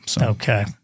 Okay